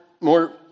more